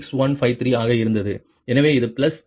6153 ஆக இருந்தது எனவே அது பிளஸ் 0